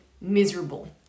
miserable